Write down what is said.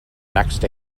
next